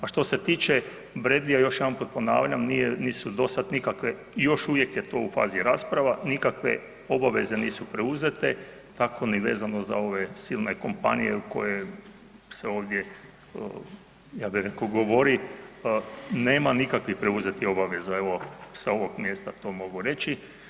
A što se tiče Bradleyja, još jedanput ponavljam, nisu do sad nikakve i još uvijek to u fazi rasprava, nikakve obaveze nisu preuzete, tako ni vezano za ove silne kompanije koje se ovdje ja bio rekao govori, nema nikakvih preuzetih obaveza evo sa ovog mjesta to mogu reći.